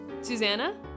Susanna